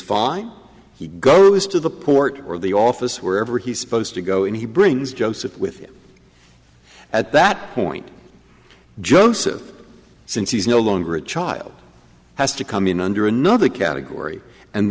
fine he goes to the port or the office wherever he's supposed to go and he brings joseph with you at that point joseph since he is no longer a child has to come in under another category and